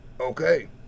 Okay